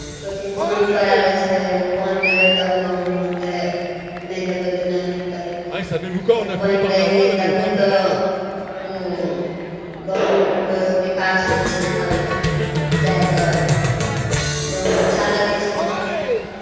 कोइ चीज पानि परऽ लगै छै जे पानि देबै तब गहूॅंम होत्तै नहि देबै तऽ नहि होत्तै तऽ फेर पानि दै हियै तभिये तऽ ओ गहूॅंमके कोइ विकास होइ छै तब जाइ कऽ गहूॅंम अच्छा लगै छै